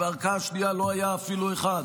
ובערכאה שנייה לא היה אפילו אחד,